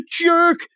jerk